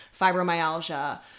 fibromyalgia